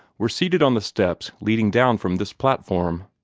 were seated on the steps leading down from this platform.